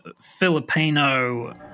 Filipino